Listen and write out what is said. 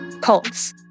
Cults